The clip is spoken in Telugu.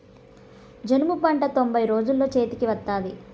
జనుము పంట తొంభై రోజుల్లో చేతికి వత్తాది